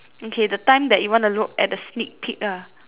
okay the time that you want to look at the sneak peek lah